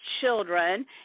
children